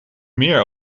meer